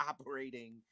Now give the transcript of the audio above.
operating